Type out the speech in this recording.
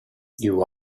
you